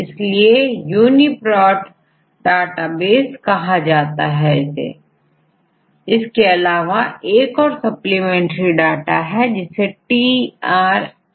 इसीलिए इसेUni Prot database कहां जाता है इसके अलावा एक और सप्लीमेंट्री डांटा है जिसेtrEMBL कहा जाता है